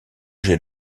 jet